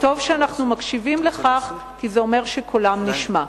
וטוב שאנחנו מקשיבים לכך, כי זה אומר שקולם נשמע.